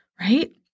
Right